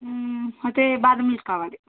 అయితే బాదం మిల్క్ కావాలి